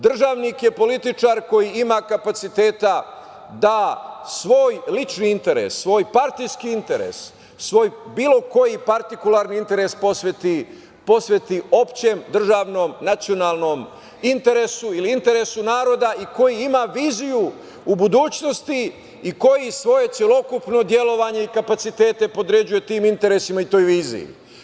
Državnik je političar koji ima kapaciteta da svoj lični interes, svoj partijski interes, svoj bilo koji partikularni interes posveti opštem, državnom, nacionalnom interesu, ili interesu naroda i koji ima viziju u budućnosti i koji svoje celokupno delovanje i kapacitete podređuje tim interesima i toj viziji.